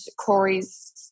Corey's